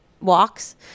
walks